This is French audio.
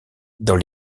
dans